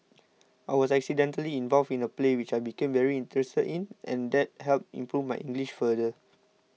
I was accidentally involved in a play which I became very interested in and that helped improve my English further